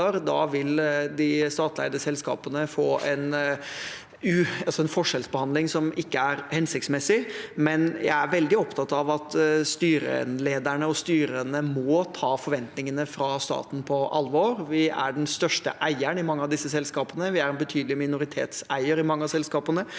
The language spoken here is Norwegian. Da vil de statlig eide selskapene få en forskjellsbehandling som ikke er hensiktsmessig. Men jeg er veldig opptatt av at styrelederne og styrene må ta forventningene fra staten på alvor. Vi er den største eieren i mange av disse selskapene, og vi er en betydelig minoritetseier i mange av selskapene.